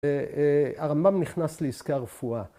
‫והרמבם נכנס לעסקי הרפואה.